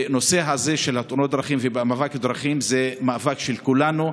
הנושא הזה של תאונות הדרכים והמאבק בתאונות הדרכים זה מאבק של כולנו.